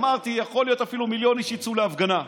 אמרתי שיכול להיות שמיליון איש יצאו להפגנה.